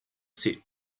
set